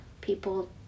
people